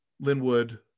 Linwood